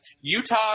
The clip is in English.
Utah